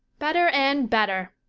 better and better.